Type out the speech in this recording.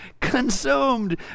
consumed